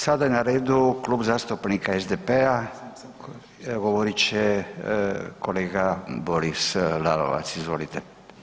Sada je na redu Klub zastupnika SDP-a, govori će kolega Boris Lalovac, izvolite.